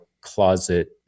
closet